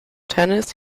tennis